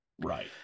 Right